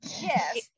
Yes